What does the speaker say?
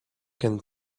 can